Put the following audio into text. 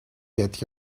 get